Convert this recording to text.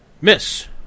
Miss